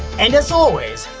and as always,